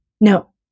No